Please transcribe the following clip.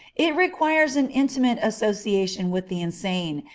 it requires an intimate association with the insane,